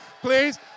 Please